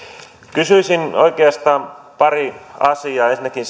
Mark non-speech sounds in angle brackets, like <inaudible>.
kysyisin oikeastaan parista asiasta ensinnäkin <unintelligible>